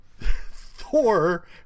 Thor